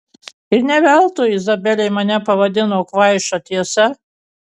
ir ne veltui izabelė mane pavadino kvaiša tiesa